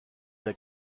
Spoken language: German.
der